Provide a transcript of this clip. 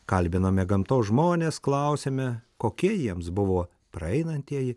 kalbiname gamtos žmones klausiame kokie jiems buvo praeinantieji